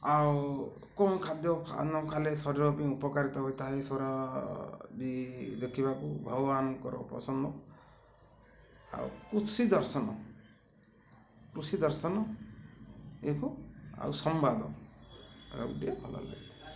ଆଉ କମ୍ ଖାଦ୍ୟ ଖାଇଲେ ଶରୀର ପାଇଁ ଉପକାରିତା ହୋଇଥାଏ ବି ଦେଖିବାକୁ ଭଗବାନଙ୍କର ପସନ୍ଦ ଆଉ କୃଷି ଦର୍ଶନ କୃଷି ଦର୍ଶନ ଏ ଆଉ ସମ୍ବାଦ ଏ ଗୋଟିଏ ଭଲ ଲାଗିଥାଏ